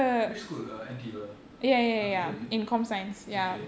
which school uh N_T_U ah okay okay okay